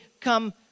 come